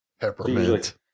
Peppermint